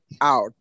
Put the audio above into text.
out